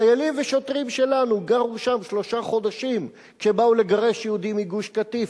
חיילים ושוטרים שלנו גרו שם שלושה חודשים כשבאו לגרש יהודים מגוש-קטיף.